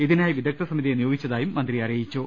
ഇതിനായി വിദ്ഗധ സമിതിയെ നിയോ ഗിച്ചതായും മന്ത്രി അറിയിച്ചു